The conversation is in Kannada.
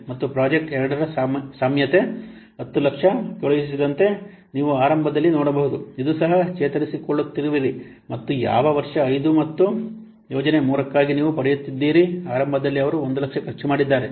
ಮತ್ತು ಪ್ರಾಜೆಕ್ಟ್ 2 ರ ಸಾಮ್ಯತೆ 1000000 ಕಳುಹಿಸಿದಂತೆ ನೀವು ಆರಂಭದಲ್ಲಿ ನೋಡಬಹುದು ಇದು ಸಹ ನೀವು ಚೇತರಿಸಿಕೊಳ್ಳುತ್ತಿರುವಿರಿ ಮತ್ತು ಯಾವ ವರ್ಷ 5 ಮತ್ತು ಯೋಜನೆ 3 ಗಾಗಿ ನೀವು ಪಡೆಯುತ್ತಿದ್ದೀರಿ ಆರಂಭದಲ್ಲಿ ಅವರು 100000 ಖರ್ಚು ಮಾಡಿದ್ದಾರೆ